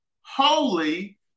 holy